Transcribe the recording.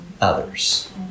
others